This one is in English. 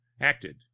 acted